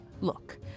Look